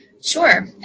Sure